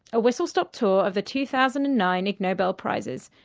a whistlestop tour of the two thousand and nine ig nobel prizes,